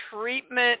treatment